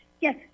yes